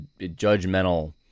judgmental